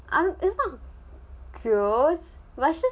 it's not gross but it's just